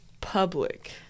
public